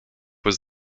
was